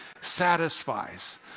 satisfies